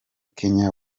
kenya